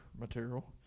material